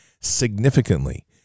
Significantly